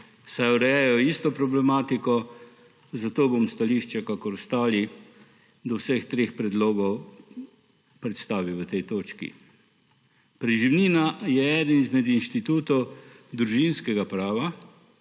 saj urejajo isto problematiko, zato bom stališče kakor ostali do vseh treh predlogov predstavil v tej točki. Preživnina je eden izmed inštitutov družinskega prava,